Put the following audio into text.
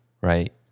right